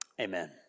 Amen